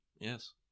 Yes